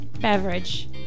beverage